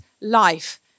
Life